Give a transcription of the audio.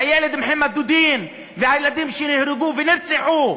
הילד מוחמד דודין והילדים שנהרגו ונרצחו,